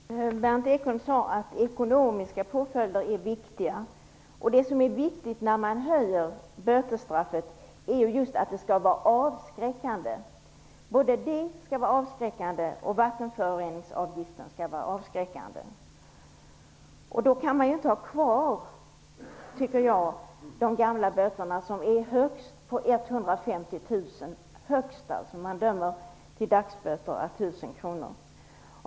Herr talman! Berndt Ekholm sade att ekonomiska påföljder är viktiga. Det som är viktigt när man höjer bötesstraffet är just att det skall vara avskräckande. Vattenföroreningsavgiften skall också vara avskräckande. Då kan man, tycker jag, inte ha kvar de gamla böterna som är på högst 150 000 - högst alltså. Man dömer till dagsböter á 1 000 kronor.